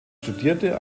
studierte